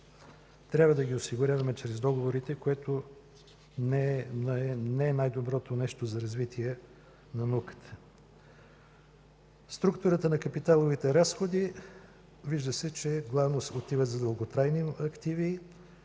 трябва да ги осигуряваме чрез договорите, което не е най-доброто нещо за развитие на науката. Структура на капиталовите разходи – вижда се, че главно отива за дълготрайни активи.